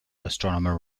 astronomer